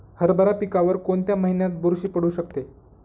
हरभरा पिकावर कोणत्या महिन्यात बुरशी पडू शकते?